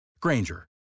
Granger